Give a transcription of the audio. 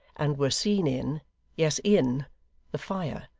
and were seen, in yes, in the fire,